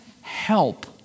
help